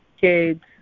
kids